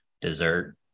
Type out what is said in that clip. dessert